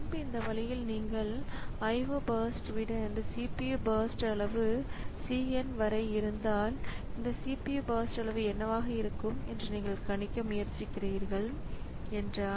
முன்பு இந்த வழியில் நீங்கள் IO பர்ஸ்ட் விட இந்த CPU பர்ஸ்ட் அளவு c n வரை இருந்தால் இந்த CPU பர்ஸ்ட் அளவு என்னவாக இருக்கும் என்று நீங்கள் கணிக்க முயற்சிக்கிறீர்கள் என்றால்